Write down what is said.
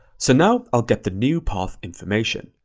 so now, i'll get the new path information.